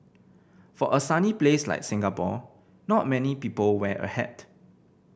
for a sunny place like Singapore not many people wear a hat